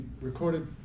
recorded